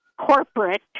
Corporate